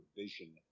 vision